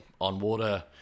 on-water